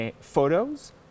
photos